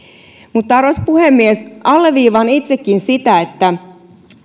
arvoisa puhemies alleviivaan itsekin sitä että